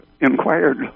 inquired